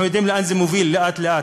אנחנו יודעים לאן זה מוביל לאט-לאט.